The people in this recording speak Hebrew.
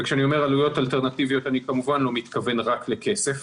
וכשאני אומר עלויות אלטרנטיביות אני כמובן לא מתכוון רק לכסף